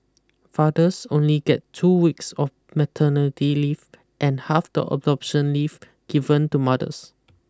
fathers only get two weeks of maternity leave and half the adoption leave given to mothers